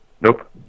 Nope